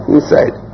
Inside